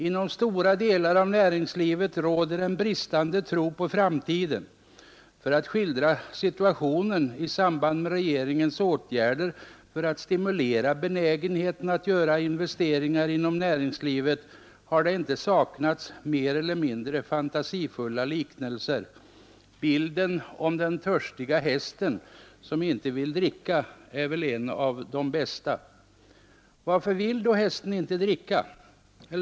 Inom stora delar av näringslivet råder en bristande tro på framtiden. För att skildra situationen i samband med regeringens åtgärder i syfte att stimulera benägenheten att göra investeringar inom näringslivet har det inte saknats mer eller mindre fantasifulla liknelser. Bilden av den törstiga hästen som inte vill dricka är väl en av de bästa. Varför vill då hästen inte dricka?